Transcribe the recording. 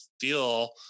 feel